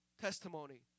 testimony